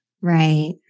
right